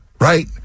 right